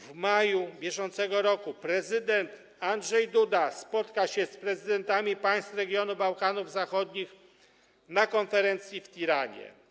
W maju br. prezydent Andrzej Duda spotka się z prezydentami państw regionu Bałkanów Zachodnich na konferencji w Tiranie.